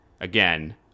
again